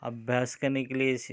अभ्यास करने के लिए जैसे